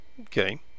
okay